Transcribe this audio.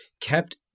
kept